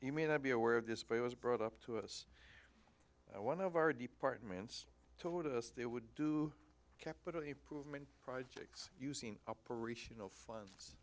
you may not be aware of this but i was brought up to us one of our departments told us they would do capital improvement projects using operational funds